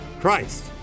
Christ